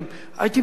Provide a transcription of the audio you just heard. הייתי מבין.